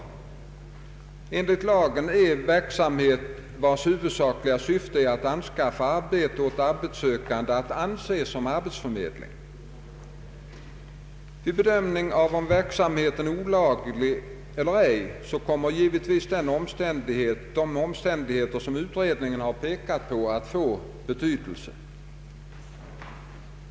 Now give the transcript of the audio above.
Enligt lagen är verksamhet vars huvudsakliga syfte är att anskaffa arbete åt arbetssökande att anse som arbetsförmedling. Vid bedömningen av om verksamheten är olaglig eller ej kommer givetvis de omständigheter som utredningen har pekat på att få betydelse.